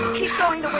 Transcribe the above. keep going going